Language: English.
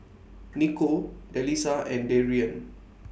Niko Delisa and Darrien